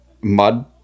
mud